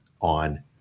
on